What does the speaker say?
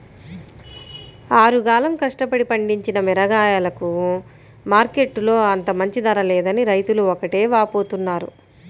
ఆరుగాలం కష్టపడి పండించిన మిరగాయలకు మార్కెట్టులో అంత మంచి ధర లేదని రైతులు ఒకటే వాపోతున్నారు